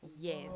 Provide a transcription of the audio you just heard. Yes